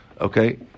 Okay